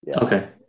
okay